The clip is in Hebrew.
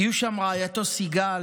יהיו שם רעייתו סיגל,